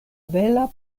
bela